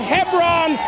Hebron